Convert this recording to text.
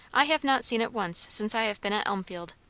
i have not seen it once since i have been at elmfield.